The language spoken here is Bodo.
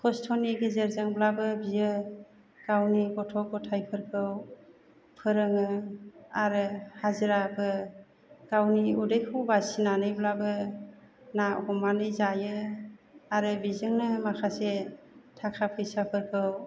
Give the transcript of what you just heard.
खस्थ'नि गेजेरजोंब्लाबो बियो गावनि गथ' गथायफोरखौ फोरोङो आरो हाजिराबो गावनि उदैखौ बासिनानैब्लाबो ना हमनानै जायो आरो बेजोंनो माखासे थाखा फैसाफोरखौ